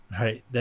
Right